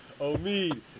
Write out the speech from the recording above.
Omid